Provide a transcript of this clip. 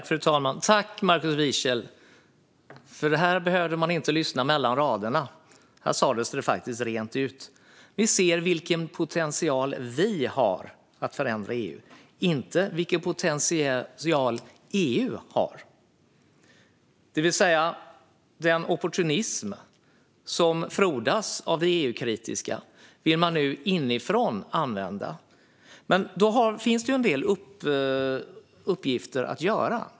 Fru talman! Tack, Markus Wiechel! Här behövde man inte lyssna mellan raderna, utan här sas det faktiskt rent ut. Vi ser vilken potential vi har att förändra EU, sa Markus Wiechel - inte vilken potential EU har. Den opportunism som frodas i EU-kritiska sammanhang vill man nu använda inifrån. Men då finns det en del uppgifter att göra.